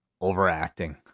overacting